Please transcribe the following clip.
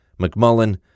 McMullen